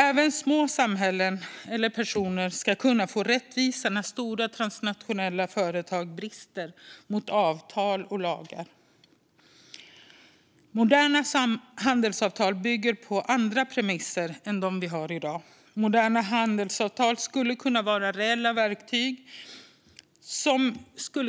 Även små samhällen eller personer ska kunna få rättvisa när stora transnationella företag brister när det gäller avtal och lagar. Moderna handelsavtal bygger på andra premisser än dem vi har i dag. Moderna handelsavtal skulle kunna vara reella verktyg